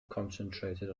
concentrated